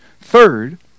Third